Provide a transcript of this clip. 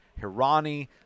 Hirani